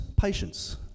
patience